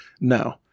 No